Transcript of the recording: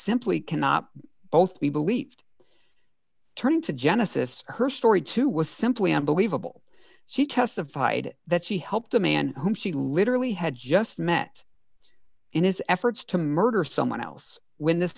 simply cannot both be believed turning to genesis her story too was simply unbelievable she testified that she helped a man whom she literally had just met in his efforts to murder someone else when this